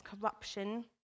corruption